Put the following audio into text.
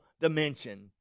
dimension